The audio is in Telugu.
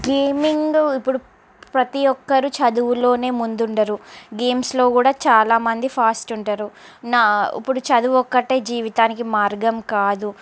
గేమింగ్ ఇప్పుడు ప్రతి ఒక్కరూ చదువులోనే ముందు ఉండరు గేమ్స్లో కూడా చాలామంది ఫాస్ట్ ఉంటారు నా ఇప్పుడు చదువు ఒక్కటే జీవితానికి మార్గం కాదు